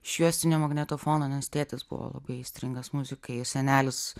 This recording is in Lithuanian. iš juostinio magnetofono nes tėtis buvo labai aistringas muzikai senelis